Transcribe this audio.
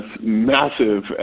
massive